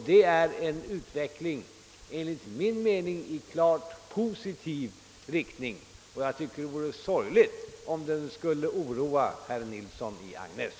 Det är enligt min mening en utveckling i klart positiv riktning. Det är sorgligt om den oroar herr Nilsson i Agnäs.